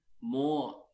more